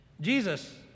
Jesus